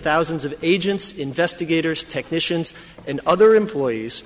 thousands of agents investigators technicians and other employees